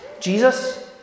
Jesus